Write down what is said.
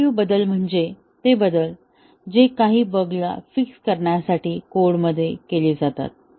corrective बदल म्हणजे ते बदल जे काही बग ला फिक्स करण्यासाठी कोडमध्ये केले जातात